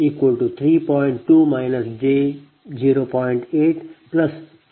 2 j0